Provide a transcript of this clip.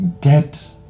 get